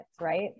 right